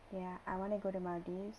ya I want to go to maldives